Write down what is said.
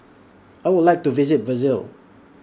I Would like to visit Brazil